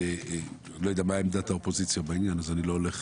לא יודע מה עמדת האופוזיציה בעניין הזה,